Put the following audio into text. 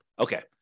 Okay